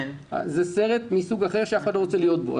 זה סרט מסוג אחר שאף אחד לא רוצה להיות בו.